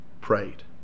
prayed